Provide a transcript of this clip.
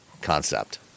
concept